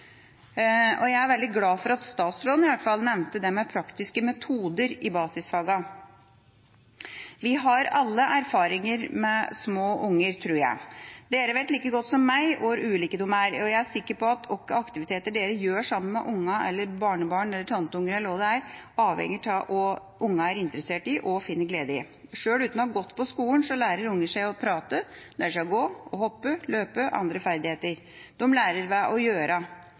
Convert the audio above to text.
murer? Jeg er veldig glad for at statsråden, i hvert fall, nevnte det med praktiske metoder i basisfagene. Vi har alle erfaringer med små barn, tror jeg, og dere vet like godt som meg hvor ulike de er. Jeg er sikker på at hvilke aktiviteter dere gjør sammen med barn, barnebarn eller tantebarn, eller hva det er, avhenger av hva barna er interessert i og finner glede i. Sjøl uten å ha gått på skolen, lærer barn seg å prate, lærer seg å gå, hoppe, løpe og andre ferdigheter. De lærer ved å gjøre,